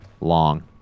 long